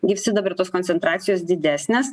gyvsidabrio koncentracijos didesnės